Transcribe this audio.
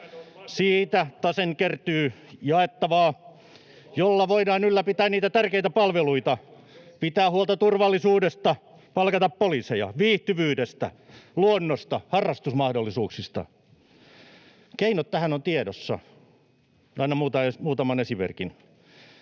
Siitä taasen kertyy jaettavaa, jolla voidaan ylläpitää niitä tärkeitä palveluita, pitää huolta turvallisuudesta, palkata poliiseja, pitää huolta viihtyvyydestä, luonnosta ja harrastusmahdollisuuksista. Keinot tähän ovat tiedossa. Annan muutaman esimerkin: